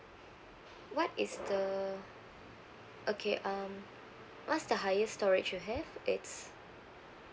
what is the okay um what's the highest storage you have it's